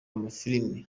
amafilime